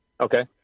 Okay